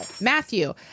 Matthew